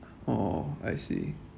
oh I see